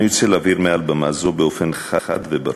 אני רוצה להבהיר מעל במה זו באופן חד וברור,